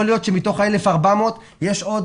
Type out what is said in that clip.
יכול להיות שמתוך ה-1,400 יש עוד